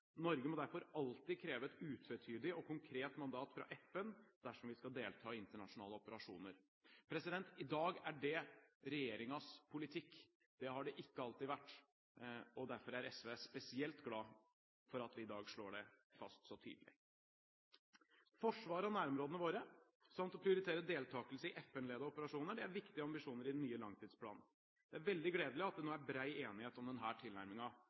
Norge må derfor alltid kreve et utvetydig og konkret mandat fra FN dersom vi skal delta i internasjonale operasjoner. I dag er det regjeringens politikk. Det har det ikke alltid vært. Derfor er SV spesielt glad for at vi i dag slår det fast så tydelig. Forsvar av nærområdene våre samt å prioritere deltakelse i FN-ledede operasjoner er viktige ambisjoner i den nye langtidsplanen. Det er veldig gledelig at det nå er bred enighet om denne tilnærmingen til norsk forsvarspolitikk. Den